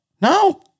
no